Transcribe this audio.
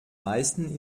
meisten